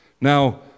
Now